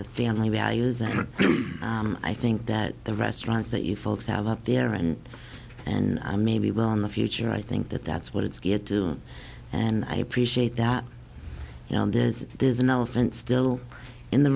the family values and i think that the restaurants that you folks have up there and and maybe well in the future i think that that's what it's good to and i appreciate that you know there's there's an elephant still in the